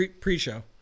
Pre-show